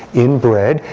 inbred,